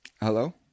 Hello